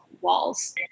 walls